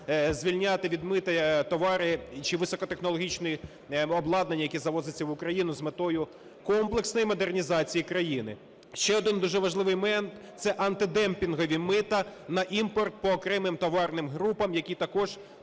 звільняти від мита товари чи високотехнологічне обладнання, яке завозиться в Україну з метою комплексної модернізації країни. Ще один дуже важливий момент - це антидемпінгові мита на імпорт по окремих товарних групах, які також